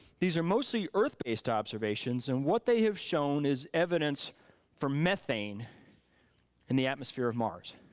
these are mostly earth based observations and what they have shown is evidence for methane in the atmosphere of mars.